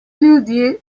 ljudje